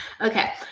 Okay